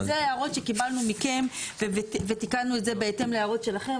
זה ההערות שקיבלנו מכם ותיקנו את זה בהתאם להערות שלכם.